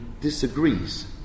disagrees